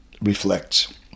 reflects